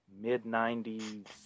mid-90s